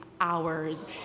hours